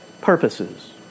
purposes